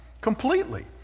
completely